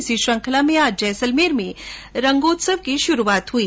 इसी श्रंखला में आज जैसलमेर में भी रांगोत्सव की श्रूआत हई